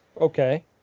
Okay